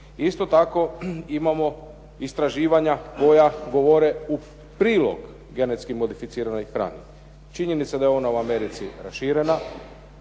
Isto tako, imamo istraživanja koja govore u prilog genetski modificiranoj hrani. Činjenica je da je ona u Americi raširena.